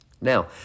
Now